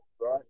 right